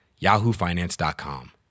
yahoofinance.com